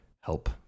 help